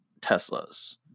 teslas